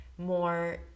more